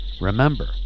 Remember